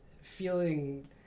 feeling